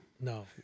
No